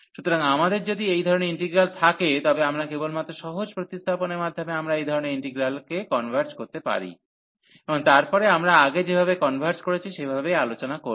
সুতরাং আমাদের যদি এই ধরণের ইন্টিগ্রাল থাকে তবে আমরা কেবলমাত্র সহজ প্রতিস্থাপনের মাধ্যমে আমরা এই ধরণের ইন্টিগ্রালে কনভার্জ করতে পারি এবং তারপরে আমরা আগে যেভাবে কনভার্জ করেছি সেভাবেই আলোচনা করব